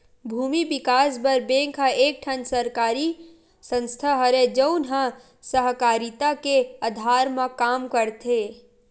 भूमि बिकास बर बेंक ह एक ठन सरकारी संस्था हरय, जउन ह सहकारिता के अधार म काम करथे